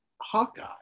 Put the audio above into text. Hawkeye